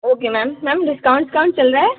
okay ma'am ma'am discount इस्काउंट चल रहा है